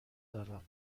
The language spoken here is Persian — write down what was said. دارم